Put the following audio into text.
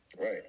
Right